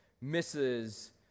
misses